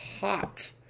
hot